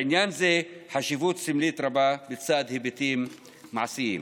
לעניין זה חשיבות סמלית רבה בצד היבטים מעשיים.